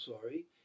sorry